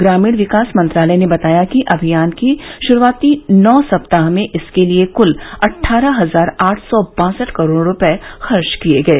ग्रामीण विकास मंत्रालय ने बताया है कि अभियान के शुरूआती नौ सप्ताह में इसके लिए क्ल अटठारह हजार आठ सौ बासठ करोड़ रुपये खर्च किए गए